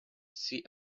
see